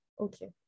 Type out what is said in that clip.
Okay